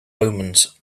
omens